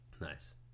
Nice